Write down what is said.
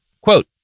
Quote